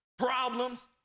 problems